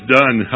done